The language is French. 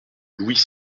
louis